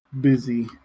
busy